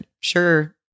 sure